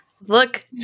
look